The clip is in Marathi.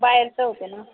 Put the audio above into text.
बाहेरचं होते ना